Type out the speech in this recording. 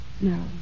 No